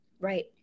Right